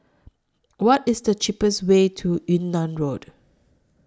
What IS The cheapest Way to Yunnan Road